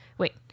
Wait